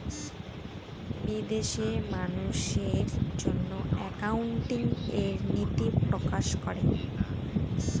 বিদেশে মানুষের জন্য একাউন্টিং এর নীতি প্রকাশ করে